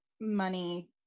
money